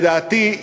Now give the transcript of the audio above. לדעתי,